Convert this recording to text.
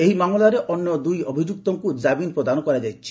ଏହି ମାମଲାରେ ଅନ୍ୟ ଦୁଇ ଅଭିଯୁକ୍ତଙ୍କୁ ଜାମିନ ପ୍ରଦାନ କରାଯାଇଛି